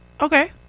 Okay